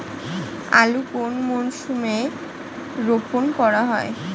আলু কোন মরশুমে রোপণ করা হয়?